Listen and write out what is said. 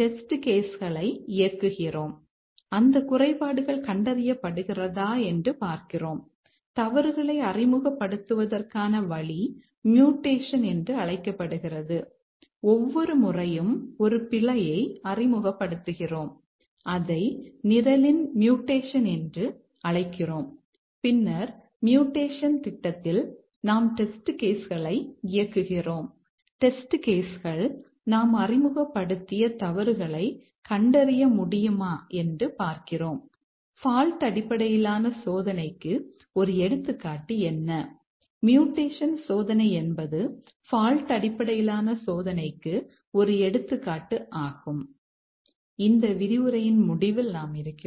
test case coverage என்ன என்பதைக் கண்காணிக்கும்